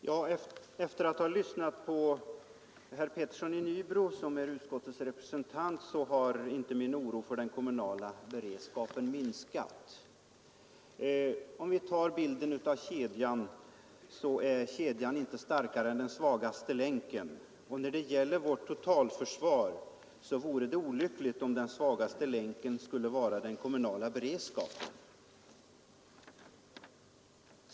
Herr talman! Efter det att jag lyssnat på herr Petersson i Nybro har inte min oro för den kommunala beredskapen minskat. Kedjan är ju inte starkare än den svagaste länken. När det gäller vårt totalförsvar vore det olyckligt om den svagaste länken skulle vara den kommunala beredskapen.